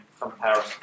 comparison